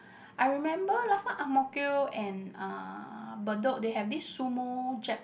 I remember last time Ang-Mo-Kio and uh Bedok they have this sumo jap